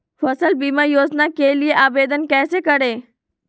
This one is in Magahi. फसल बीमा योजना के लिए आवेदन कैसे करें?